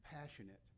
passionate